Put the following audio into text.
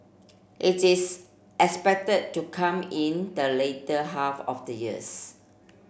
it is expected to come in the later half of the years